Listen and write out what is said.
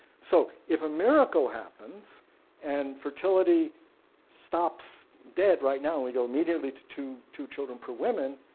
so if a miracle happens and fertility stops dead right now and we go immediately to two two children per woman,